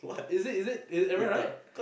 is it is it is everyone alright